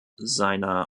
seiner